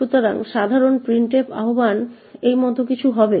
সুতরাং সাধারণ printf আহ্বান এই মত কিছু হবে